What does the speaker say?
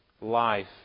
life